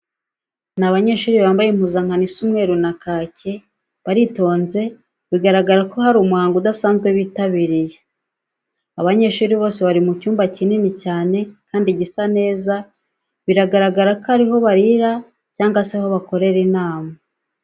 Ni abanyeshuri bambaye impuzankano isa umweru na kake, baritonze bigaragara ko hari umuhango udasanzwe bitabiriye. Aba banyeshuri bose bari mu cyumba kinini cyane kandi gisa neza, biragaragara ko ari aho barira cyangwa se aho bakorera inama.